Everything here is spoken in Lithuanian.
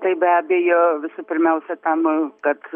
tai be abejo visų pirmiausia tam kad